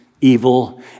evil